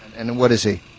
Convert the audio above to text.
and and what is he